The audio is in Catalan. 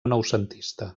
noucentista